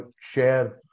share